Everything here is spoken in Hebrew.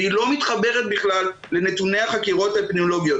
והיא לא מתחברת בכלל לנתוני החקירות האפידמיולוגיות.